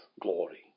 glory